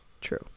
True